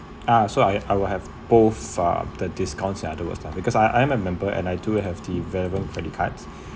ah so I I will have both uh that discount afterwards lah because I I am a member and I do have the available credit cards